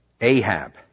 Ahab